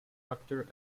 factor